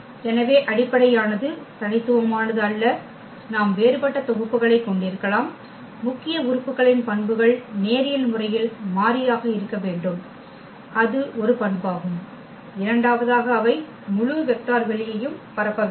எனவே அடிப்படையானது தனித்துவமானது அல்ல நாம் வேறுபட்ட தொகுப்புகளைக் கொண்டிருக்கலாம் முக்கிய உறுப்புகளின் பண்புகள் நேரியல் முறையில் மாறியாக இருக்க வேண்டும் அது ஒரு பண்பாகும் இரண்டாவதாக அவை முழு வெக்டர் வெளியையும் பரப்ப வேண்டும்